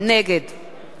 נגד